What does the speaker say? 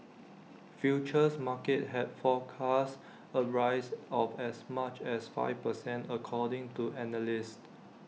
futures markets had forecast A rise of as much as five per cent according to analysts